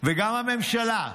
וגם הממשלה,